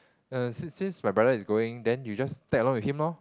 err since my brother is going then you just tag along with him lor